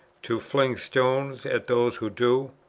to fling stones at those who do.